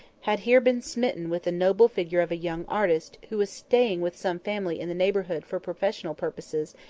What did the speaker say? had here been smitten with the noble figure of a young artist, who was staying with some family in the neighbourhood for professional purposes,